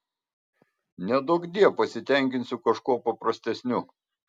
neduokdie pasitenkinsiu kažkuo paprastesniu